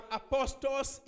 apostles